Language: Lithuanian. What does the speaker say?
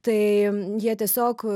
tai jie tiesiog